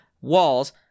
walls